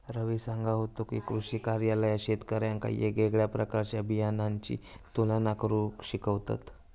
रवी सांगा होतो की, कृषी कार्यालयात शेतकऱ्यांका येगयेगळ्या प्रकारच्या बियाणांची तुलना करुक शिकवतत